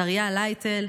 דריה לייטל,